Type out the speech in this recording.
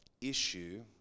issue